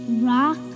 Rock